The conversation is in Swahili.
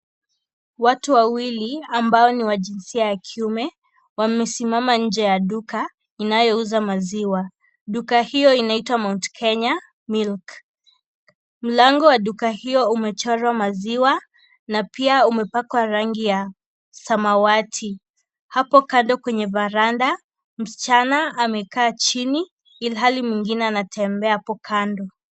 Watu wawili ambao ni wa jinsia ya kiume wamesimama nje ya duka inayouza maziwa . Duka hiyo inaitwa Mt Kenya Milk . Mlango wa duka hiyo umechorwa maziwa na pia umepakwa rangi ya samawati , hapo kando kwenye varanda msichana amekaa chini ilhali mwingine anatembea hapo kando.